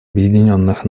объединенных